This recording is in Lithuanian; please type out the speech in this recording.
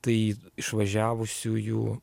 tai išvažiavusiųjų